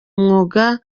mwuga